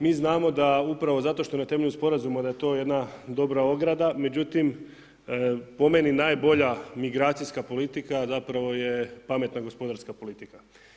Mi znamo da upravo zato što na temelju sporazuma da je to jedna dobra ograda, međutim, po meni najbolja migracijska politika zapravo je pametna gospodarska politika.